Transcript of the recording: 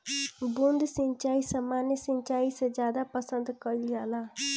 बूंद सिंचाई सामान्य सिंचाई से ज्यादा पसंद कईल जाला